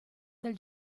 del